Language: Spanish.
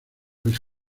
les